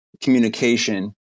communication